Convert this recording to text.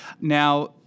Now